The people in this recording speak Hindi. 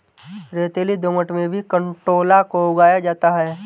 रेतीली दोमट में भी कंटोला को उगाया जाता है